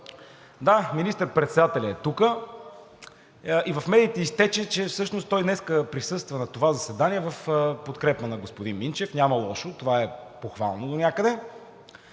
Да, министър-председателят е тук и в медиите изтече, че той днес присъства на това заседание в подкрепа на господин Минчев – няма лошо, това е похвално донякъде.